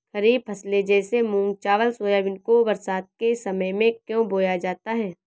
खरीफ फसले जैसे मूंग चावल सोयाबीन को बरसात के समय में क्यो बोया जाता है?